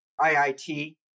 IIT